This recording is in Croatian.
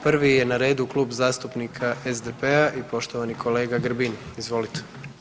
Prvi je na redu Kluba zastupnika SDP-a i poštovani kolega Grbin, izvolite.